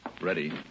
Ready